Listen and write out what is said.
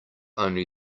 only